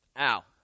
Ow